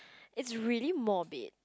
it's really morbid